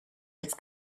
his